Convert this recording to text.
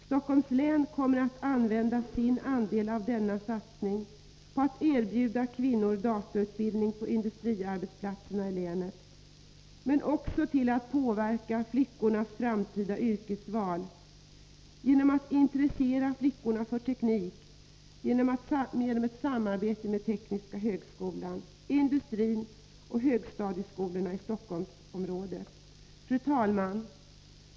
Stockholms län kommer att använda sin andel av denna satsning på att erbjuda kvinnor datautbildning på industriarbetsplatserna i länet, men också till att påverka flickornas framtida yrkesval genom att intressera flickor för teknik i samarbete med Tekniska högskolan, industrin och högstadieskolor i Stockholmsområdet. Fru talman!